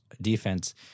defense